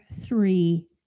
three